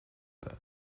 that